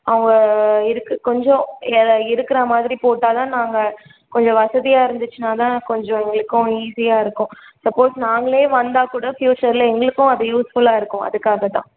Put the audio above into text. அவங்க இருக்குற கொஞ்சம் ஏ இருக்கிற மாதிரி போட்டால் தான் நாங்கள் கொஞ்சம் வசதியாக இருந்துச்சுன்னால் தான் கொஞ்சம் எங்களுக்கும் ஈஸியாக இருக்கும் சப்போஸ் நாங்களே வந்தால் கூட பியூச்சரில் எங்களுக்கும் அது யூஸ் ஃபுல்லாக இருக்கும் அதுக்காக தான்